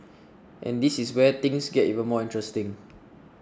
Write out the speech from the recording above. and this is where things get even more interesting